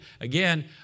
again